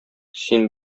син